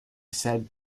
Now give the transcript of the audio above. said